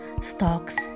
stocks